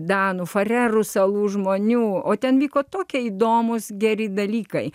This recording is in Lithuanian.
danų farerų salų žmonių o ten vyko tokie įdomūs geri dalykai